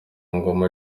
ngoma